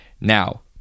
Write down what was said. Now